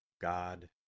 God